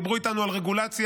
דיברו איתנו על רגולציה.